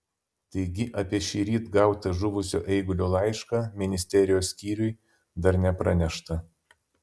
taigi apie šįryt gautą žuvusio eigulio laišką ministerijos skyriui dar nepranešta